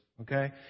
okay